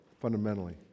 fundamentally